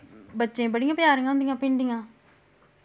बच्चें बड़ियां प्यारियां होंदियां भिंडियां